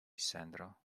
sandra